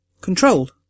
controlled